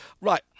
Right